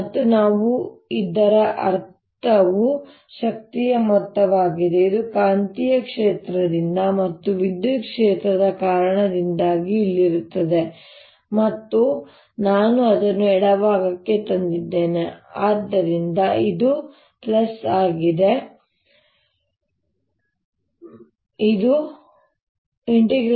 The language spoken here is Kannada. ಮತ್ತು ನಾವು ಇದರ ಅರ್ಥವು ಶಕ್ತಿಯ ಮೊತ್ತವಾಗಿದೆ ಇದು ಕಾಂತೀಯ ಕ್ಷೇತ್ರದಿಂದ ಮತ್ತು ವಿದ್ಯುತ್ ಕ್ಷೇತ್ರದ ಕಾರಣದಿಂದಾಗಿ ಇಲ್ಲಿರುತ್ತದೆ ಮತ್ತು ನಾನು ಅದನ್ನು ಎಡಭಾಗಕ್ಕೆ ತಂದಿದ್ದೇನೆ ಆದ್ದರಿಂದ ಇದು ಆಗಿದೆ ಇದು 10EB